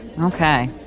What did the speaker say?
Okay